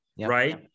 right